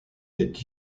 est